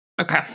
Okay